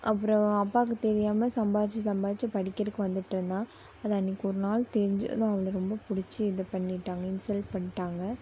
அப்புறம் அப்பாவுக்கு தெரியாமல் சம்பாதிச்சி சம்பாதிச்சி படிக்கிருக்கு வந்துகிட்ருந்தா அது அன்றைக்கு ஒரு நாள் தெரிஞ்சதும் அவளை ரொம்ப பிடிச்சி இது பண்ணிவிட்டாங்க இன்சல்ட் பண்ணிவிட்டாங்க